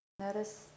Notice